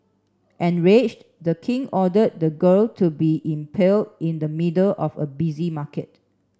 enraged the king ordered the girl to be impaled in the middle of a busy market